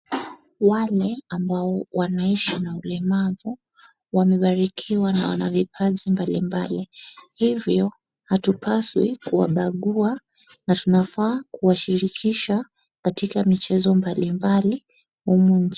Wale ambao wanaishi na ulemavu wamebarikiwa na wana vipaji mbalimbali. Hivyo hatupaswi kuwabagua na tunafaa kuwashirikisha katika michezo mbalimbali humu nchini.